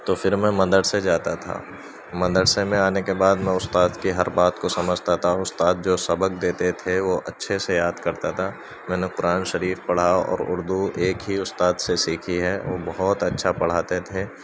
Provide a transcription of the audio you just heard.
تو پھر میں مدرسے جاتا تھا مدرسے میں آنے کے بعد میں استاد کے ہر بات کو سجھتا تھا استاد جو سبق دیتے تھے وہ اچھے سے یاد کرتا تھا میں نے قرآن شریف پڑھا اور اردو ایک ہی استاد سے سیکھی ہے اور بہت اچھا پڑھاتے تھے